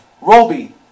Roby